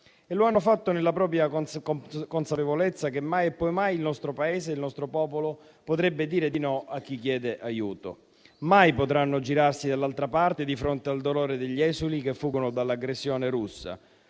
e lo hanno fatto nella consapevolezza che mai e poi mai il nostro Paese e il nostro popolo potrebbero dire di no a chi chiede aiuto; mai potrebbero girarsi dall'altra parte di fronte al dolore degli esuli che fuggono dall'aggressione russa.